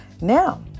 Now